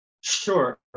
Sure